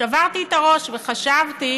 שברתי את הראש וחשבתי: